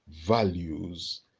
values